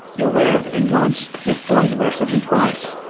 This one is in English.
you'll wear everything once before you wear something twice.